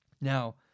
Now